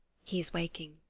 he is waking.